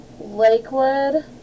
Lakewood